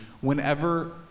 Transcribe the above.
whenever